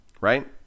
Right